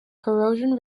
corrosion